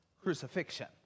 crucifixion